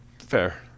Fair